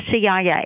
CIA